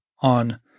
on